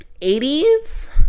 80s